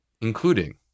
including